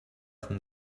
from